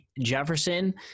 Jefferson –